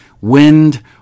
wind